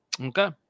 Okay